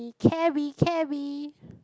carry carry